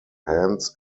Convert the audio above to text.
hands